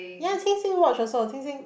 yes she sing watch a saw she sing